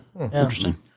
Interesting